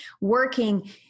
working